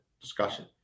discussion